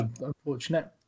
unfortunate